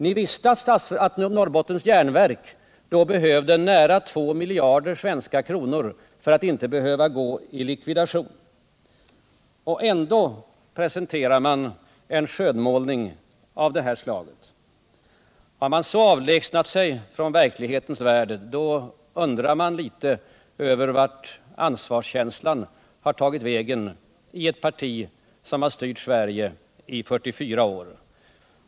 Ni visste att Norrbottens Järnverk då behövde nära 2 miljarder svenska kronor för att inte bli tvunget att gå i likvidation. Ändå presenterade ni en skönmålning av detta slag! När socialdemokraterna kan avlägsna sig så från verklighetens värld, då undrar man litet vart ansvarskänslan i ett parti som styrt Sverige i 44 år har tagit vägen.